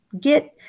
Get